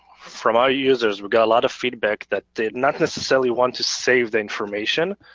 from our users we've got a lot of feedback that they not necessarily want to save the information.